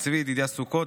צבי ידידיה סוכות,